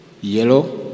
yellow